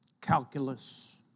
calculus